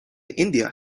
india